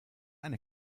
eine